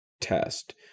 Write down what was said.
test